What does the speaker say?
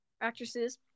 actresses